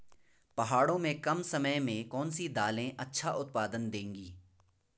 पहाड़ों में कम समय में कौन सी दालें अच्छा उत्पादन देंगी?